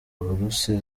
buruse